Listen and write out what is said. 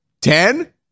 ten